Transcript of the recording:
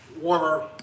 warmer